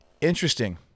interesting